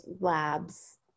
labs